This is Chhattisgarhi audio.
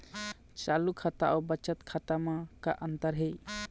चालू खाता अउ बचत खाता म का अंतर हे?